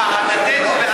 הפלסטינים.